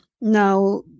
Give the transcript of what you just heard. Now